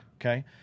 Okay